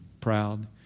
proud